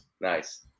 Nice